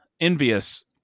envious